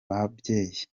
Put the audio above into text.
babyeyi